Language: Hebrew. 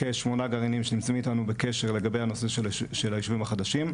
כשמונה גרעינים שנמצאים איתנו בקשר לגבי הנושא של הישובים החדשים,